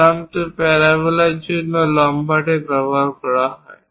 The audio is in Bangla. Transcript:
সাধারণত প্যারাবোলার জন্য লম্বাটে ব্যবহার করা হয়